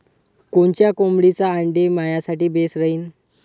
कोनच्या कोंबडीचं आंडे मायासाठी बेस राहीन?